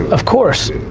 of course.